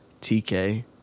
TK